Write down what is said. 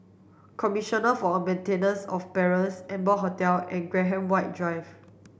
Commissioner for the Maintenance of Parents Amber Hotel and Graham White Drive